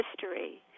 history